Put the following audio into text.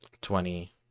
twenty